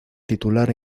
titular